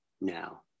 now